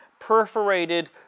perforated